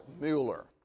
Mueller